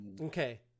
Okay